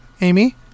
amy